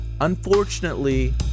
Unfortunately